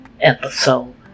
episode